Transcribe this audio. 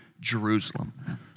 Jerusalem